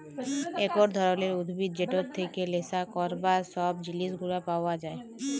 একট ধরলের উদ্ভিদ যেটর থেক্যে লেসা ক্যরবার সব জিলিস গুলা পাওয়া যায়